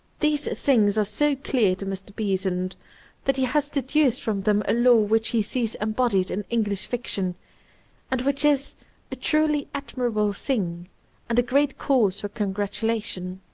these things are so clear to mr. besant that he has deduced from them a law which he sees embodied in english fic tion and which is a truly admirable thing and a great cause for congratulation.